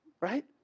right